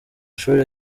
ishuri